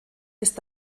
ist